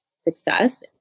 success